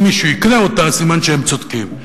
אם מישהו יקנה אותה, סימן שהם צודקים.